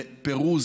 לפירוז